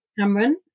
Cameron